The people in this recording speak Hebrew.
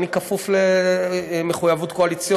אני כפוף למחויבות קואליציונית.